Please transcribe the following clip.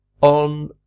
on